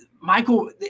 Michael